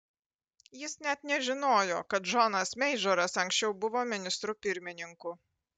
jis net nežinojo kad džonas meidžoras anksčiau buvo ministru pirmininku